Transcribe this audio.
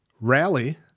rally